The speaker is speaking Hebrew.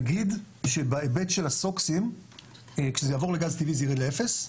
נגיד שבהיבט של הסוקסים כשזה יעבור לגז טבעי זה יירד ל-0,